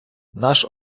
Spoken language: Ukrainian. наш